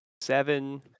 seven